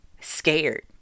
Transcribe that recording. Scared